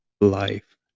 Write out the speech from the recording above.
Life